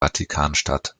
vatikanstadt